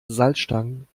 salzstangen